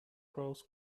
crows